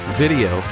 video